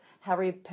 Harry